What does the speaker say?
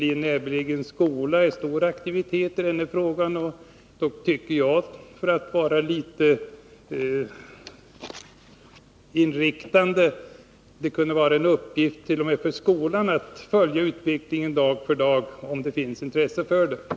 i en närbelägen skola utvecklas stor aktivitet i denna fråga, tycker jag — för att ge det hela en liten inriktning — att det kunde vara en uppgift t.o.m. för skolan att följa utvecklingen dag för dag, om det finns intresse för det.